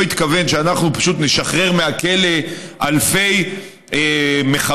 התכוון שאנחנו פשוט נשחרר מהכלא אלפי מחבלים,